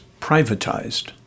privatized